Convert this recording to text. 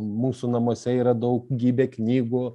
mūsų namuose yra daugybė knygų